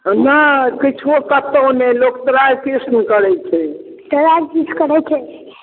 नहि किछो कतहु नहि लोक त्राहि कृष्ण करै छै त्राहि कृष्ण करै छै